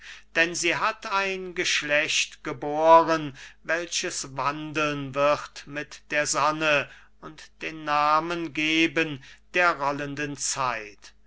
denn sie hat ein geschlecht geboren welches wandeln wird mit der sonne und den namen geben der rollenden zeit